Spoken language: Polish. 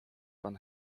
pan